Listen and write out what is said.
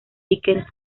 dickens